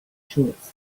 shorts